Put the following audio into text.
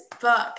book